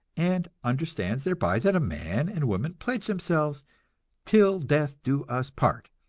and understands thereby that a man and woman pledge themselves till death do us part,